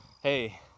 Hey